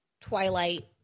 twilight